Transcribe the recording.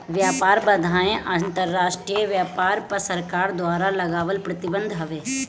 व्यापार बाधाएँ अंतरराष्ट्रीय व्यापार पअ सरकार द्वारा लगावल प्रतिबंध हवे